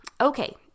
Okay